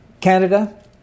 Canada